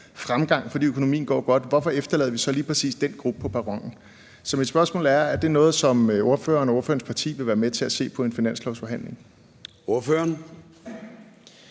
fremgang, fordi økonomien går godt, hvorfor efterlader vi så lige præcis den gruppe på perronen? Så mit spørgsmål er, om det er noget, som ordføreren og ordførerens parti vil være med til at se på i en finanslovsforhandling. Kl.